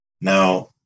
Now